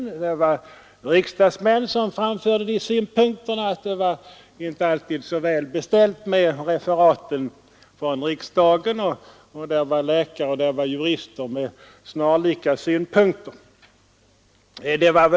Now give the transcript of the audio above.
I den debatten var det riksdagsmän som framförde synpunkten att det inte alltid är så väl beställt med referaten från riksdagen. Läkare och jurister framförde snarlika synpunkter.